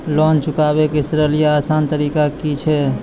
Loan चुकाबै के सरल या आसान तरीका की अछि?